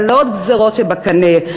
על עוד גזירות שבקנה,